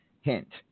Hint